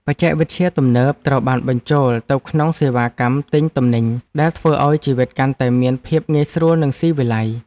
បច្ចេកវិទ្យាទំនើបត្រូវបានបញ្ចូលទៅក្នុងសេវាកម្មទិញទំនិញដែលធ្វើឱ្យជីវិតកាន់តែមានភាពងាយស្រួលនិងស៊ីវិល័យ។